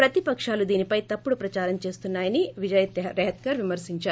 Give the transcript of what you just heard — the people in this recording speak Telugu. ప్రతిపకాలు దీనిపై తప్పుడు ప్రదారం చేస్తున్నాయని విజయ రెహత్కర్ విమర్పించారు